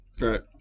Right